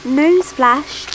newsflash